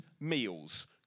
meals